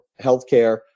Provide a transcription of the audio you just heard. healthcare